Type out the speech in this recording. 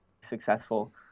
successful